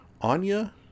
Anya